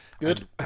good